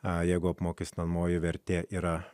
o jeigu apmokestinamoji vertė yra